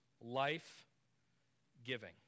life-giving